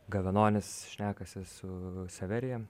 gavenonis šnekasi su severija